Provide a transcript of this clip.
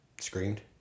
screamed